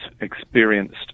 experienced